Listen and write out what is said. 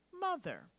mother